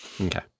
Okay